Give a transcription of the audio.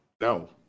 No